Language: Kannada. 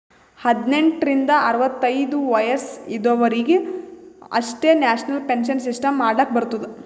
ಹದ್ನೆಂಟ್ ರಿಂದ ಅರವತ್ತೈದು ವಯಸ್ಸ ಇದವರಿಗ್ ಅಷ್ಟೇ ನ್ಯಾಷನಲ್ ಪೆನ್ಶನ್ ಸಿಸ್ಟಮ್ ಮಾಡ್ಲಾಕ್ ಬರ್ತುದ